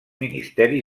ministeri